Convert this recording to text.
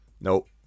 Nope